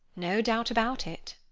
no doubt about it.